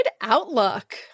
outlook